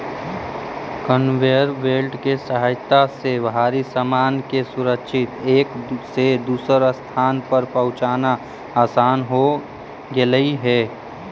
conveyor belt के सहायता से भारी सामान के सुरक्षित एक से दूसर स्थान पर पहुँचाना असान हो गेलई हे